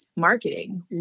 marketing